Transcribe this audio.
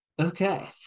Okay